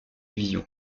division